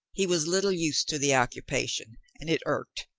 he was little used to the occupation and it irked,